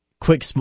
quick